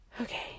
Okay